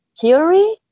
theory